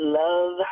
love